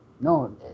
no